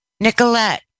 Nicolette